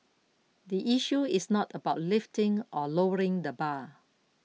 the issue is not about lifting or lowering the bar